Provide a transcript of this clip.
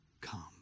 Come